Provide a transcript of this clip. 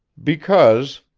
because,